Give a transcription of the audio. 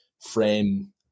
frame